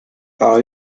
are